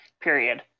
period